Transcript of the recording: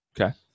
Okay